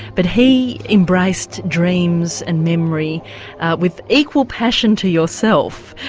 but he embraced dreams and memory with equal passion to yourself,